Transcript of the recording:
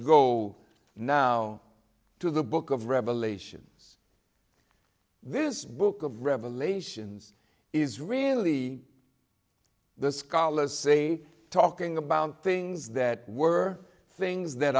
go now to the book of revelations this book of revelations is really the scholars say talking about things that were things that